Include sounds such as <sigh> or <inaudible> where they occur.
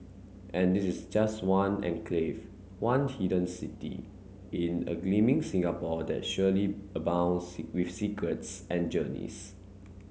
and this is just one enclave one hidden city in a gleaming Singapore that surely abounds <unintelligible> with secrets and journeys